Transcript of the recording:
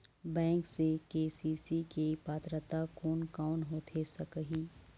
Bank से KCC के पात्रता कोन कौन होथे सकही?